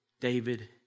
David